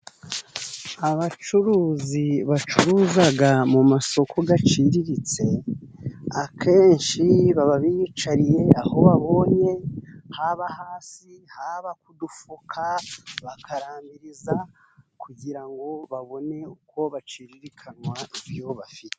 Abacuruzi bacuruza mu masoko aciriritse, akenshi baba biyicariye aho babonye, haba hasi, haba ku dufuka bakarambiriza, kugira ngo babone uko baciririkanwa ibyo bafite.